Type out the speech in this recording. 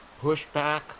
pushback